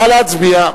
נא להצביע.